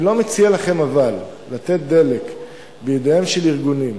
אבל אני לא מציע לכם לתת דלק בידיהם של ארגונים,